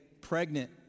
pregnant